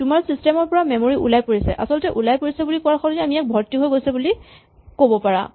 তোমাৰ ছিষ্টেম ৰ পৰা মেমৰী ওলাই পৰিছে আচলতে ওলাই পৰিছে বুলি কোৱাৰ সলনি ইয়াক ভৰ্তি হৈ গৈছে বুলি ক'ব পাৰা